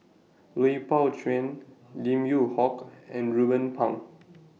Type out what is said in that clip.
Lui Pao Chuen Lim Yew Hock and Ruben Pang